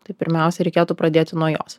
tai pirmiausia reikėtų pradėti nuo jos